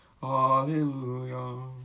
Hallelujah